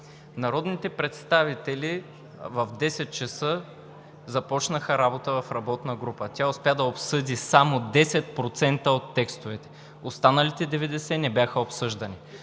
Народните представители в 10,00 ч. започнаха работа в работна група, а тя успя да обсъди само 10% от текстовете, останалите 90% не бяха обсъждани.